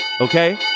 Okay